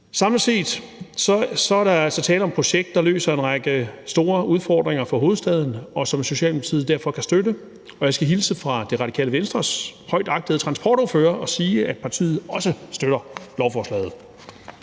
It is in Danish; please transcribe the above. Samlet set er der altså tale om et projekt, der løser en række store udfordringer for hovedstaden, og som Socialdemokratiet derfor kan støtte. Og jeg skal hilse fra Radikale Venstres højt agtede transportordfører og sige, at partiet også støtter lovforslaget.